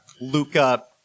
Luca